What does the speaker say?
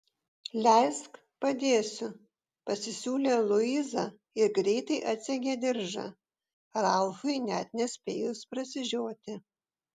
leisk padėsiu pasisiūlė luiza ir greitai atsegė diržą ralfui net nespėjus prasižioti